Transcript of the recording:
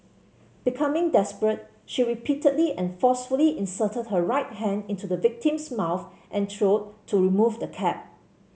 becoming desperate she repeatedly and forcefully inserted her right hand into the victim's mouth and throat to remove the cap